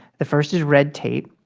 the first is red tape.